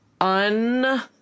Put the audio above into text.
Un